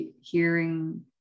hearing